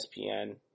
ESPN